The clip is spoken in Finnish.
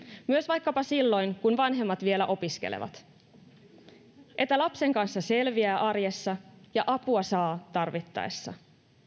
myös vaikkapa silloin kun vanhemmat vielä opiskelevat että lapsen kanssa selviää arjessa ja apua saa tarvittaessa